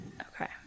Okay